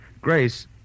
Grace